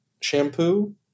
shampoo